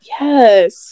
yes